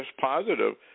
positive